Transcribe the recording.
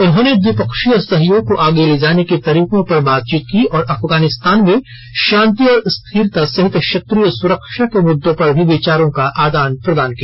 उन्होंने द्विपक्षीय सहयोग को आगे ले जाने के तरीकों पर बातचीत की और अफगानिस्तान में शांति और स्थिरता सहित क्षेत्रीय सुरक्षा के मुद्दों पर भी विचारों का आदान प्रदान किया